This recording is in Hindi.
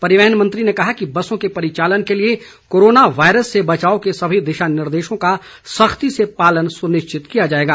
परिवहन मन्त्री ने कहा कि बसों के परिचालन के लिए कोरोना वायरस से बचाव के सभी दिशा निर्देशों का सख्ती से पालन सुनिश्चित किया जाएगा